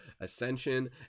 Ascension